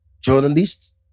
journalists